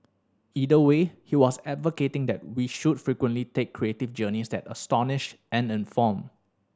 either way he was advocating that we should frequently take creative journeys that astonish and inform